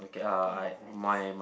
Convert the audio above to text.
ya flats